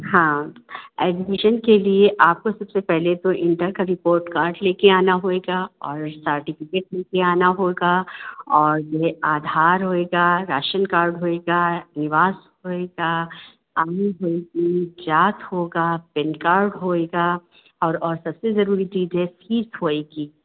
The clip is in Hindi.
हाँ एडमिशन के लिए आपको सबसे पहले तो इंटर का रिपोर्ट कार्ड लेकर आना होगा और सार्टिफिकेट लेकर आना होगा और जो है आधार होगा राशन कार्ड होगा निवास होगा आय होगी जात होगा पैन कार्ड होगा और और सबसे ज़रूरी चीज़ है फीस होगी